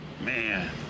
man